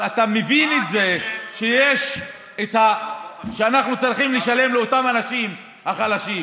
אבל אתה מבין את זה שאנחנו צריכים לשלם לאותם אנשים החלשים.